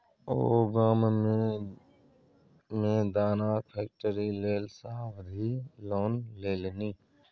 ओ गाममे मे दानाक फैक्ट्री लेल सावधि लोन लेलनि